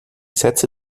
sätze